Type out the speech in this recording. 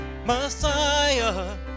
Messiah